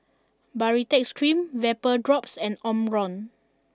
Baritex Cream VapoDrops and Omron